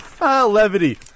levity